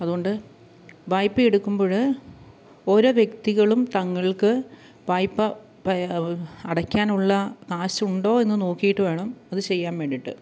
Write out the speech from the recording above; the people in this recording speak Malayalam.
അതുകൊണ്ട് വായ്പ എടുക്കുമ്പോൾ ഓരോ വ്യക്തികളും തങ്ങൾക്ക് വായ്പ്പ അടയ്ക്കാനുള്ള കാശുണ്ടോ എന്ന് നോക്കിയിട്ട് വേണം അത് ചെയ്യാൻ വേണ്ടിയിട്ട്